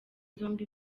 zombi